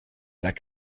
that